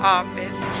office